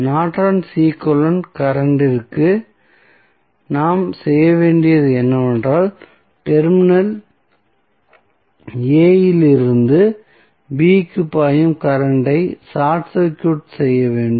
நார்டனின் equivalent current இற்கு Nortons equivalent current நாம் செய்ய வேண்டியது என்னவென்றால் டெர்மினல் a இலிருந்து b க்கு பாயும் கரண்ட் ஐ ஷார்ட் சர்க்யூட் செய்ய வேண்டும்